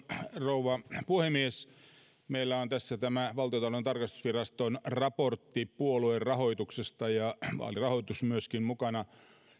rouva puhemies meillä on tässä tämä valtiontalouden tarkastusviraston raportti puoluerahoituksesta ja vaalirahoitus myöskin mukana